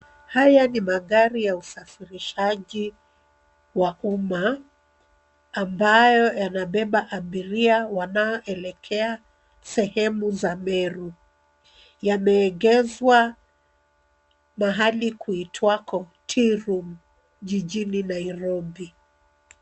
Haya ni magari ya usafirishaji wa umma ambayo yanabeba abiria wanaoelekea sehemu za Meru. Yameegeshwa mahali kuitwako Tea Room jijini Nairobi.